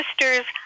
sister's